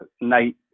night